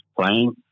playing